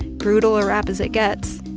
brutal a rap as it gets,